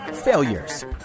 Failures